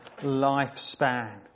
lifespan